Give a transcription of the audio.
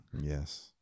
yes